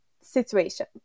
situation